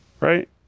right